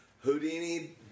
Houdini